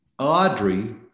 Audrey